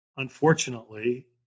unfortunately